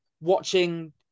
watching